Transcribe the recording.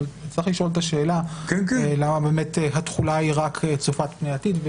אבל צריך לשאול את השאלה למה התחולה צופה רק פני עתיד,